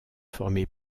formé